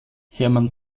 hermann